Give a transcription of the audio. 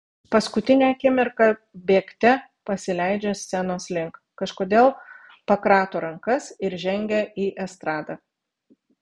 paskutinę akimirką bėgte pasileidžia scenos link kažkodėl pakrato rankas ir žengia į estradą